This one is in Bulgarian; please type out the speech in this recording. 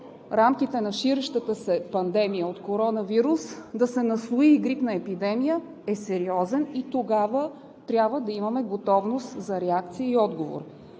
рамките на ширещата се пандемия от коронавирус да се наслои и грипна епидемия е сериозен и тогава трябва да имаме готовност за реакция и отговор.